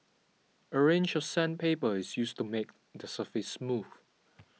a range of sandpaper is used to make the surface smooth